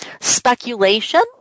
speculation